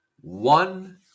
one